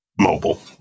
mobile